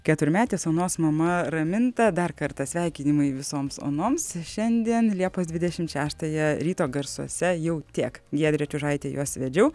keturmetės onos mama raminta dar kartą sveikinimai visoms onoms šiandien liepos dvidešimt šeštąją ryto garsuose jau tiek giedrė čiužaitė juos vedžiau